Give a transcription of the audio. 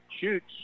Shoots